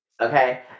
okay